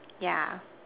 yeah